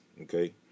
okay